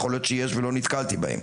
יכול להיות שיש ולא נתקלתי בהן.